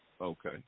Okay